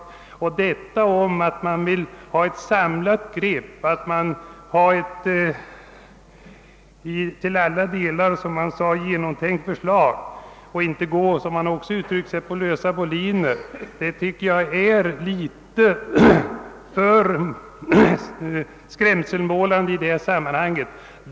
Att uttrycka sig som herr Lindholm och säga att man vill ha ett samlat grepp, ett till alla delar genomtänkt förslag och inte gå fram på lösa boliner finner jag vara litet för skrämselmålande i detta sammanhang.